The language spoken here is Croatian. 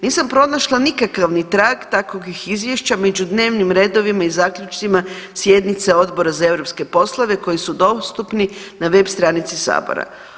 Nisam pronašla nikakav ni trag takvih izvješća među dnevnim redovima i zaključcima sjednica Odbora za europske poslove koji su dostupni na web stranici sabora.